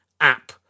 app